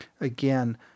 again